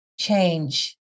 change